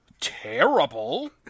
terrible